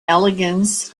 elegance